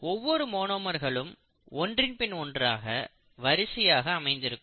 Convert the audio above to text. ஒவ்வொரு மோனோமர்களும் ஒன்றின் பின் ஒன்றாக வரிசையாக அமைந்திருக்கும்